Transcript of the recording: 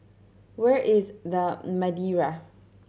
where is The Madeira